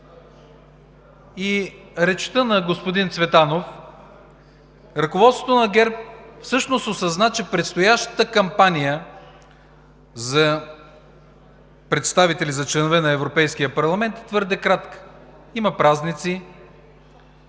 и речта на господин Цветанов, ръководството на ГЕРБ всъщност осъзна, че предстоящата кампания за представители, за членове на Европейския парламент е твърде кратка. Има празници,